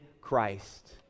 Christ